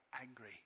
angry